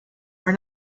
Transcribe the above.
were